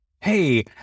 hey